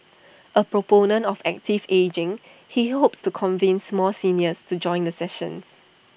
A proponent of active ageing he hopes to convince more seniors to join the sessions